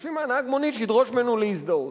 דורשים מנהג המונית שידרוש ממנו להזדהות.